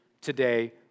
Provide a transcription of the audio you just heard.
today